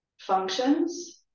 functions